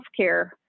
healthcare